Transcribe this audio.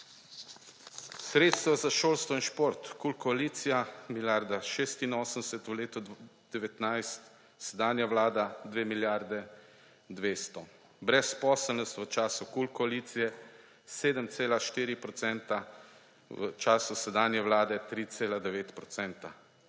Sredstva za šolstvo in šport KUL koalicija milijarda 86 v letu 2019, sedanja vlada 2 milijarde 200. Brezposelnost v času KUL koalicije 7,4 %, v času sedanje vlade 3,9 %.